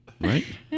right